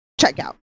checkout